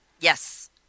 Yes